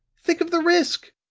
think of the risk!